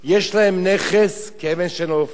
יש להם נכס כאבן שאין לה הופכין,